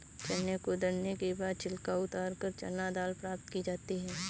चने को दरने के बाद छिलका उतारकर चना दाल प्राप्त की जाती है